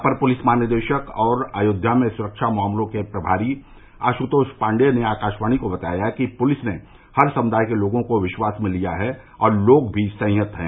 अपर पुलिस महानिदेशक और अयोध्या में सुरक्षा मामलों के प्रभारी आशुतोष पाण्डेय ने आकाशवाणी को बताया कि पुलिस ने हर समुदाय के लोगों को विश्वास में लिया है और लोग भी संयत रहे हैं